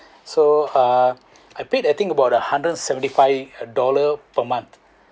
so uh I paid I think about a hundred seventy five dollar per month